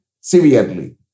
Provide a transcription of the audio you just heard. severely